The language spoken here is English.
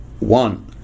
One